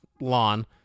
lawn